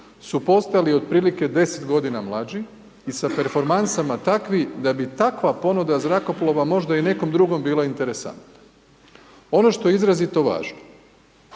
su postajali otprilike 10 godina mlađi sa performansama takvi da bi takva ponuda zrakoplova možda i nekom drugom bila interesantna. Ono što je izrazito važno,